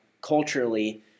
culturally